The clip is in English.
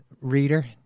reader